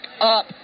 up